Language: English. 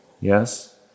yes